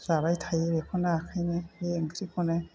जाबाय थायो बेखौनो ओंखायनो बे ओंख्रिखौनो